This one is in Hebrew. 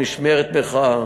משמרת מחאה,